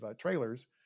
trailers